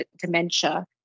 dementia